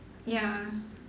ya